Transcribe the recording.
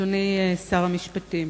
אדוני שר המשפטים,